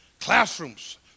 classrooms